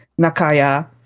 Nakaya